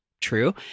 true